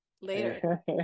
later